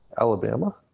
Alabama